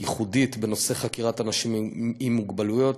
ייחודית בנושא חקירת אנשים עם מוגבלויות,